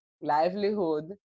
livelihood